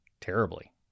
terribly